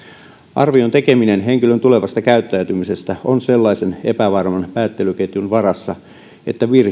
arvion tekeminen henkilön tulevasta käyttäytymisestä on sellaisen epävarman päättelyketjun varassa että